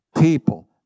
people